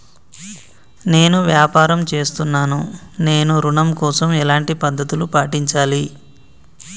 నేను వ్యాపారం చేస్తున్నాను నేను ఋణం కోసం ఎలాంటి పద్దతులు పాటించాలి?